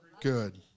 Good